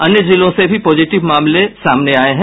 अन्य जिलों से भी पॉजिटिव मामले सामने आये हैं